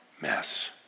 mess